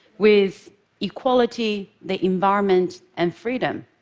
with equality, the environment and freedom.